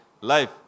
life